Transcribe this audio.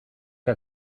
que